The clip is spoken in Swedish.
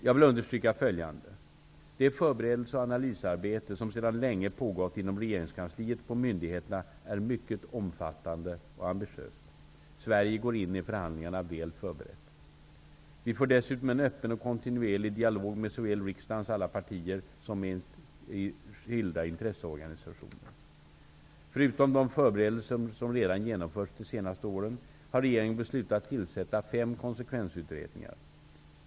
Jag vill understryka följande: - Det förberedelse och analysarbete som sedan länge pågått inom regeringskansliet och på myndigheterna är mycket omfattande och amibitiöst. Sverige går in i förhandlingarna väl förberett. - Vi för dessutom en öppen och kontinuerlig dialog med såväl riksdagens alla partier som skilda intresseorganisationer. Förutom de förberedelser som redan genomförts de senaste åren, har regeringen beslutat tillsätta fem konsekvensutredningar.